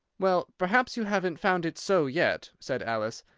well, perhaps you haven't found it so yet, said alice,